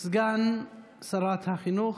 סגן שרת החינוך,